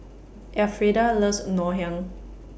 Alfreda loves Ngoh Hiang